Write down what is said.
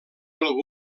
del